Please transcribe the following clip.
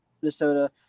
Minnesota